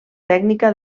tècnica